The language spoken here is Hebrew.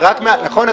רק בגיר נכון,